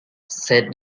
said